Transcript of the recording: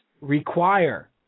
require